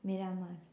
Miramar